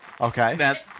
Okay